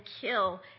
kill